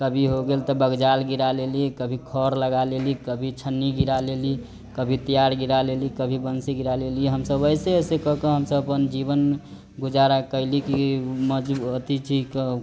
कभी हो गेल तऽ बगजाल गिरा लेली कभी खऽर लगा लेली कभी छन्नी गिरा लेली कभी तेयार गिरा लेली कभी बन्सी गिरा लेली हमसब अइसे अइसे कऽ क हमसब अपन जीवन गुजारा कैली की मज अथी छी क